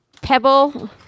Pebble